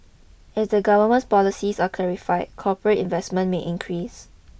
as the government's policies are clarified corporate investment may increase